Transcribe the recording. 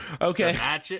Okay